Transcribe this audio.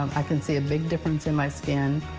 um i can see a big difference in my skin.